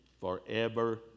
forever